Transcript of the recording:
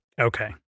Okay